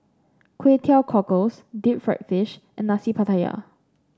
Kway Teow Cockles Deep Fried Fish and Nasi Pattaya